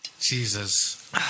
Jesus